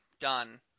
done